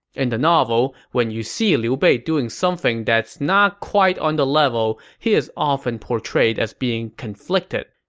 in the novel, when you see liu bei doing something that's not quite on the level, he is often portrayed as being conflicted.